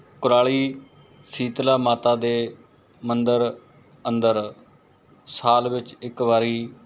ਕੁਰਾਲੀ ਸ਼ੀਤਲਾ ਮਾਤਾ ਦੇ ਮੰਦਰ ਅੰਦਰ ਸਾਲ ਵਿੱਚ ਇੱਕ ਵਾਰੀ